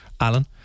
Alan